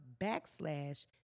backslash